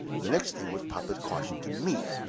the next thing was papa's caution to me.